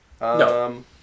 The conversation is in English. No